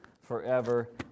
forever